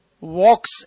walks